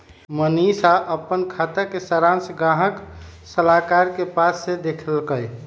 मनीशा अप्पन खाता के सरांश गाहक सलाहकार के पास से देखलकई